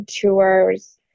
tours